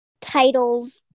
titles